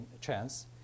chance